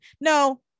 No